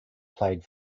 played